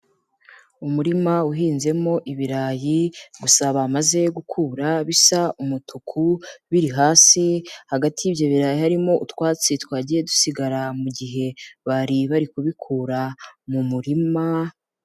Umurima uhinzemo ibirayi gusa bamaze gukura, bisa umutuku, biri hasi, hagati y'ibyo birayi harimo utwatsi twagiye dusigara mu gihe bari bari kubikura mu murima...